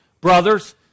brothers